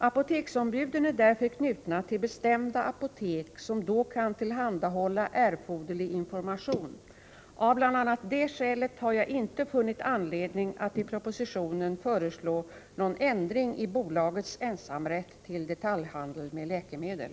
Apoteksombuden är därför knutna till bestämda apotek som då kan tillhandahålla erforderlig information. Av bl.a. det skälet har jag inte funnit anledning att i propositionen föreslå någon ändring i bolagets ensamrätt till detaljhandel med läkemedel.